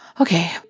okay